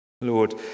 Lord